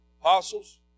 apostles